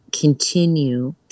continue